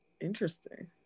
interesting